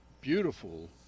beautiful